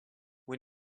when